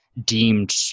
Deemed